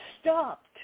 stopped